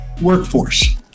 workforce